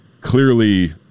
clearly